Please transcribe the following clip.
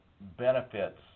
benefits